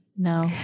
No